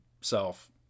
self